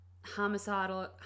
homicidal